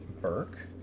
Burke